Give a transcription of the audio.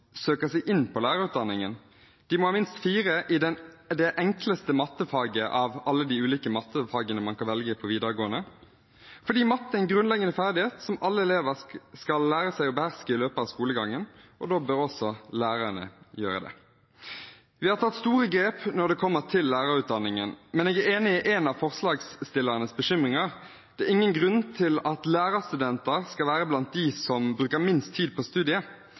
søker seg inn på lærerutdanningen. De må ha minst 4 i det enkleste matematikkfaget av alle de ulike matematikkfagene man kan velge på videregående, fordi matematikk er en grunnleggende ferdighet som alle elever skal lære seg å beherske i løpet av skolegangen. Da bør også lærerne gjøre det. Vi har tatt store grep når det kommer til lærerutdanningen, men jeg er enig i en av forslagsstillernes bekymringer: Det er ingen grunn til at lærerstudentene skal være blant dem som bruker minst tid på studiet.